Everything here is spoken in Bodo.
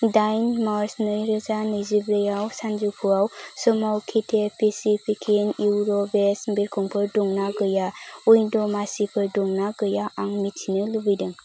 दाइन मार्च नैरोजा नैजिब्रैआव सानजौफुआव समाव केथे पेसिफिक एयरवेज बिरखंफोर दंना गैया उइन्ड मासिफोर दंना गैया आं मिथिनो लुबैदों